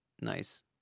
Nice